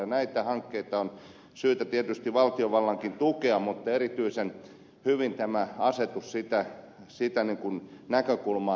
näitä hankkeita on syytä tietysti valtiovallankin tukea mutta erityisen hyvin tämä asetus sitä näkökulmaa tukee